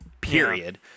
period